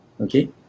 okay